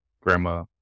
grandma